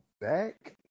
back